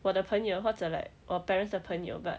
我的朋友或者 like 我 parents 的朋友 but